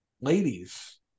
Ladies